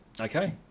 okay